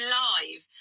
live